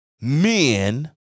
men